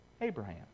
Abraham